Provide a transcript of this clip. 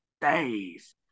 days